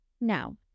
Now